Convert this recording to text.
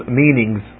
meanings